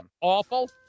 awful